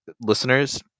listeners